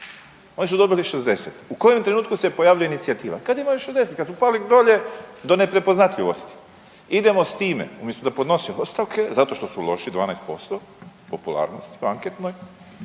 Oni su dobili 60. U kojem trenutku se pojavljuje inicijativa? Kad imaju 60, kad su pali dolje do neprepoznatljivosti. Idemo s time, umjesto da podnose ostavke, zato što su loši, 12% popularnosti anketnoj,